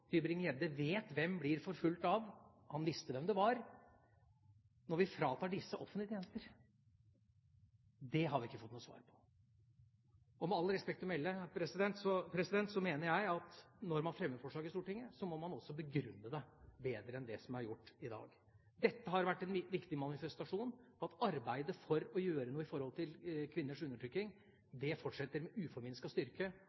vet hvem de blir forfulgt av – han visste hvem det var. Dette har vi ikke fått noe svar på. Med respekt å melde mener jeg at når man fremmer forslag i Stortinget, må man også begrunne det – bedre enn det er gjort i dag. Dette har vært en viktig manifestasjon av at arbeidet for å gjøre noe med undertrykking av kvinner fortsetter med uforminsket styrke. Og man foretar i realiteten ikke den avsporingen som Fremskrittspartiet inviterte Stortinget til.